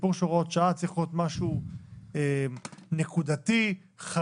הסיפור של הוראות שעה צריך להיות משהו נקודתי וחריג,